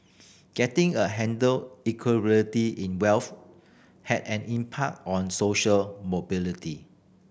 getting a handle Inequality in wealth has an impact on social mobility